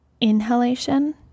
inhalation